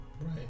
Right